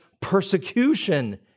persecution